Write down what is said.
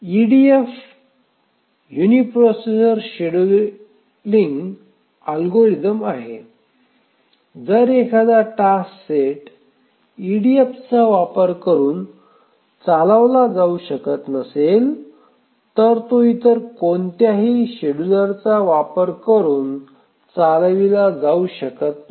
EDF इष्टतम uniprocessor scheduling algorithm आहे जर एखादा टास्क सेट ईडीएफचा वापर करुन चालवला जाऊ शकत नसेल तर तो इतर कोणत्याही शेड्यूलरचा वापर करून चालविला जाऊ शकत नाही